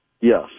Yes